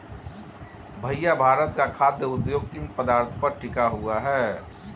भैया भारत का खाघ उद्योग किन पदार्थ पर टिका हुआ है?